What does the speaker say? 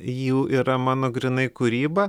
jų yra mano grynai kūryba